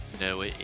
no